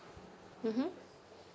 mmhmm